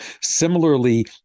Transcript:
similarly